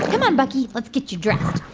come on, bucky. let's get you dressed.